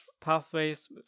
pathways